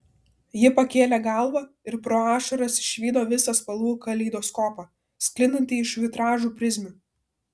ji pakėlė galvą ir pro ašaras išvydo visą spalvų kaleidoskopą sklindantį iš vitražų prizmių